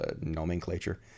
nomenclature